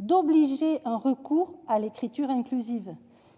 d'obliger de recourir à l'écriture inclusive.